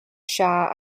shah